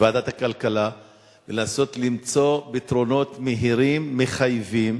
בוועדת הכלכלה ולנסות למצוא פתרונות מהירים מחייבים,